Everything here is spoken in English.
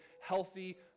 healthy